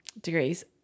degrees